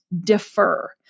defer